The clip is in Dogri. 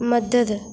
मदद